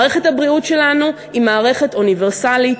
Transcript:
מערכת הבריאות שלנו היא מערכת אוניברסלית,